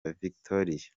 victoria